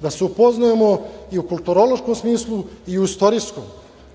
da se upoznajemo i u kulturološkom smislu i u istorijskom,